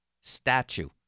Statue